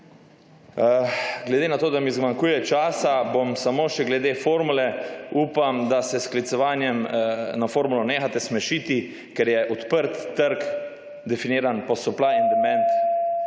Glede na to, da mi zmanjkuje časa, bom samo še glede formule. Upam, da se s sklicevanjem na formulo nehate smešiti, ker je odprt trg definiran, / nerazumljivo/.